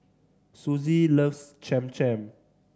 Suzie loves Cham Cham